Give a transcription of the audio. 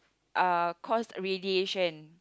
uh caused radiation